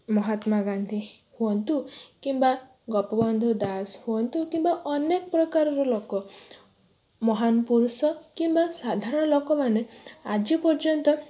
ମହାତ୍ମାଗାନ୍ଧୀ ହୁଅନ୍ତୁ କିମ୍ବା ଗୋପବନ୍ଧୁ ଦାସ ହୁଅନ୍ତୁ କିମ୍ବା ଅନେକ ପ୍ରକାରର ଲୋକ ମହାନ ପୁରୁଷ କିମ୍ବା ସାଧାରଣ ଲୋକମାନେ ଆଜି ପର୍ଯ୍ୟନ୍ତ